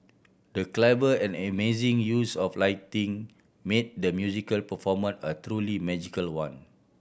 the clever and amazing use of lighting made the musical performance a truly magical one